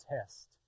test